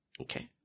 Okay